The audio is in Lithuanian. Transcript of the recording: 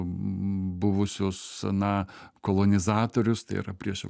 buvusios na kolonizatorius tai yra prieš